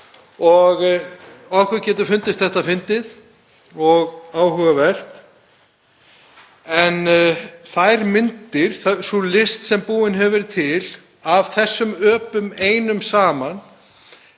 Okkur getur fundist það fyndið og áhugavert. En sú list sem búin hefur verið til af þessum öpum einum saman